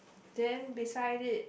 then beside it